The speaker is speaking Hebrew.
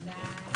צהריים